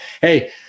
hey